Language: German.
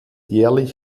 jährlich